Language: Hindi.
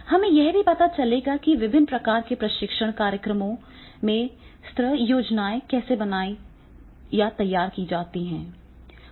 हमें यह भी पता चलेगा कि विभिन्न प्रकार के प्रशिक्षण कार्यक्रमों में सत्र योजनाएं कैसे तैयार की जाती हैं